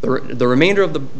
that the remainder of the